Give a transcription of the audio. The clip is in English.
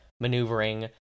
maneuvering